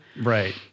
Right